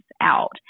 out